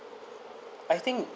I think